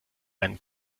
einen